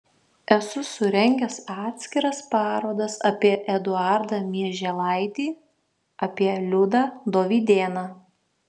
esu surengęs atskiras parodas apie eduardą mieželaitį apie liudą dovydėną